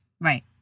Right